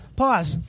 pause